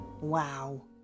Wow